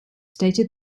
stated